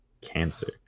cancer